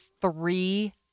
three